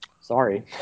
sorry